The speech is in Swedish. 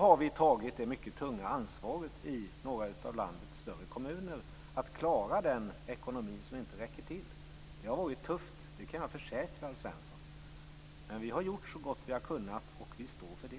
har vi tagit det mycket tunga ansvaret i några av landets större kommuner för att klara den ekonomi som inte räcker till. Det har varit tufft, det kan jag försäkra Alf Svensson. Men vi har gjort så gott vi har kunnat och vi står för det.